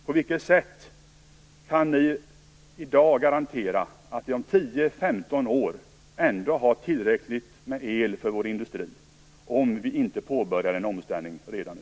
På vilket sätt kan ni i dag garantera att vi om 10-15 år har tillräckligt med el för vår industri om vi inte påbörjar en omställning redan nu?